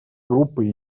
группы